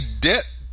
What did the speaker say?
debt